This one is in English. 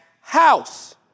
house